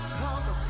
come